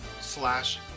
slash